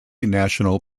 national